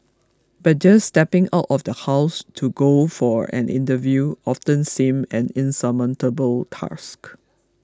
but just stepping out of the house to go for an interview often seemed an insurmountable task